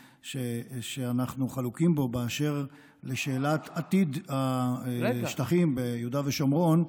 שאנחנו חלוקים בו באשר לשאלת עתיד השטחים ביהודה ושומרון,